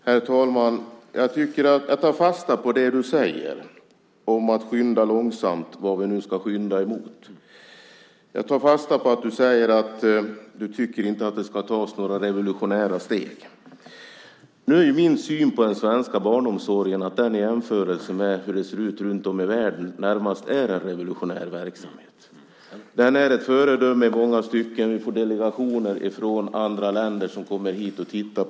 Herr talman! Jag tar fasta på det ministern säger om att skynda långsamt - vad vi nu ska skynda emot. Jag tar fasta på att ministern säger att han tycker att det inte ska tas några revolutionära steg. Min syn på den svenska barnomsorgen är att den i jämförelse med hur det ser ut runtom i världen närmast är en revolutionär verksamhet. Den är ett föredöme i många stycken. Vi får delegationer från andra länder som kommer hit och tittar.